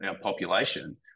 population